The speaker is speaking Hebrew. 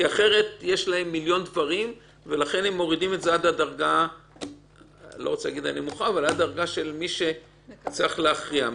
שיש להם מיליון דברים והם מורידים את זה עד לדרגה של מי שצריך להכריע,